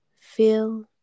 Feel